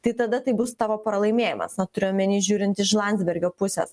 tai tada tai bus tavo pralaimėjimas na turiu omeny žiūrint iš landsbergio pusės